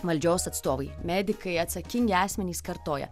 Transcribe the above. valdžios atstovai medikai atsakingi asmenys kartoja